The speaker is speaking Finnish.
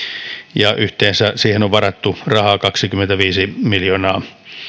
ja yhteensä siihen on varattu rahaa kaksikymmentäviisi miljoonaa